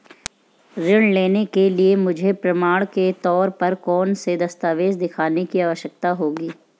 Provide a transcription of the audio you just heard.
ऋृण लेने के लिए मुझे प्रमाण के तौर पर कौनसे दस्तावेज़ दिखाने की आवश्कता होगी?